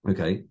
Okay